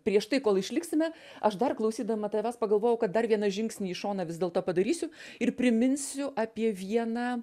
prieš tai kol išliksime aš dar klausydama tavęs pagalvojau kad dar vieną žingsnį į šoną vis dėlto padarysiu ir priminsiu apie vieną